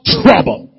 trouble